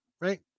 right